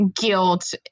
guilt